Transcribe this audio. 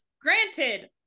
granted